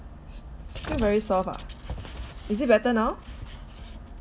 s~ still very soft ah is it better now